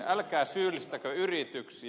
älkää syyllistäkö yrityksiä